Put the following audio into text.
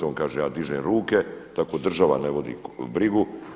On kaže – ja dižem ruke – tako država ne vodi brigu.